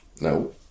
No